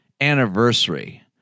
anniversary